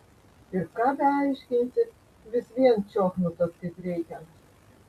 ir ką beaiškinsi vis vien čiochnutas kaip reikiant